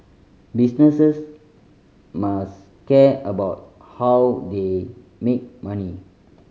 businesses must care about how they make money